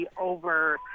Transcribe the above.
over